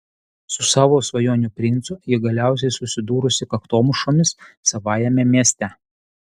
su savo svajonių princu ji galiausiai susidūrusi kaktomušomis savajame mieste